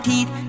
Teeth